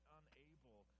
unable